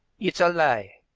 it's a lie,